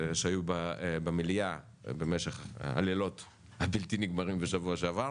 שהיו במליאה במשך הלילות הבלתי נגמרים בשבוע שעבר,